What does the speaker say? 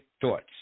thoughts